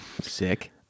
Sick